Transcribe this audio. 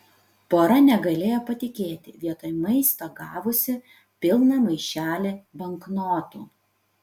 pora negalėjo patikėti vietoj maisto gavusi pilną maišelį banknotų